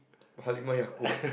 Halimah-Yacob